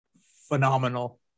phenomenal